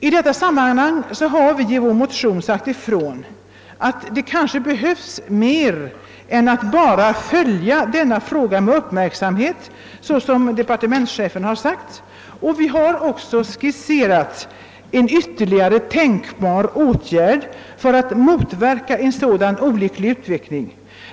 I detta sammanhang har vi i vår motion sagt ifrån, att det kanske behövs mer än att bara följa denna fråga med uppmärksamhet såsom departementschefen har sagt. Vi har också skisserat en ytterligare tänkbar åtgärd för att motverka en sådan olycklig utveckling.